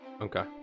okay